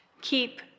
Keep